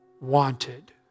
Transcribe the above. wanted